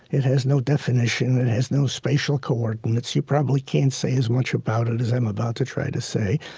it has no definition, it has no spatial coordinates. you probably can't say as much about it as i'm about to try to say.